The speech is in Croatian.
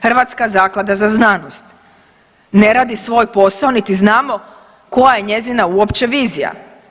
Hrvatska zaklada za znanost ne radi svoj posao niti znamo koja je njezina uopće vizija.